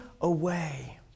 away